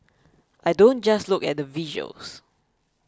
I don't just look at the visuals